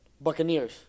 Buccaneers